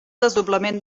desdoblament